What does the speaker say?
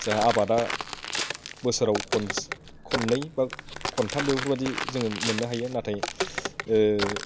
जा आबादा बोसोराव खनसे खननै बा खनथाम बेफोरबायदि जोङो मोननो हायो नाथाय